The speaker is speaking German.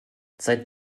seit